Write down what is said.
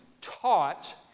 taught